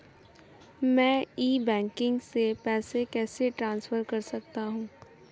मैं e banking से पैसे कैसे ट्रांसफर कर सकता हूं?